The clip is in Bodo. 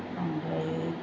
ओमफ्रायो